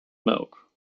melk